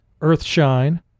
Earthshine